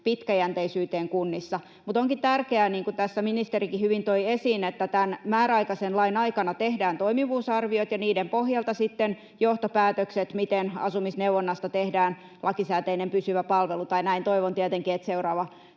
pitkäjänteisyyteen kunnissa. Mutta onkin tärkeää, niin kuin tässä ministerikin hyvin toi esiin, että tämän määräaikaisen lain aikana tehdään toimivuusarviot ja niiden pohjalta sitten johtopäätökset, miten asumisneuvonnasta tehdään lakisääteinen pysyvä palvelu — tai näin toivon tietenkin, että seuraavat